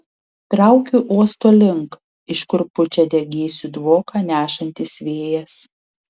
traukiu uosto link iš kur pučia degėsių dvoką nešantis vėjas